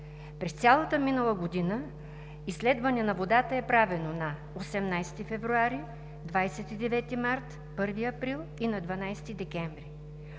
През цялата минала година изследване на водата е правено на 18 февруари, 29 март, 1 април и на 12 декември.